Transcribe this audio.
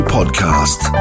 Podcast